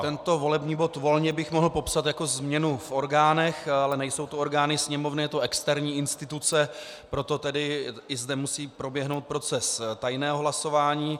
Tento volební bod bych mohl volně popsat jako změnu v orgánech, ale nejsou to orgány Sněmovny, je to externí instituce, proto tedy i zde musí proběhnout proces tajného hlasování.